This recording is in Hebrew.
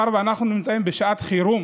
אנחנו נמצאים בשעת חירום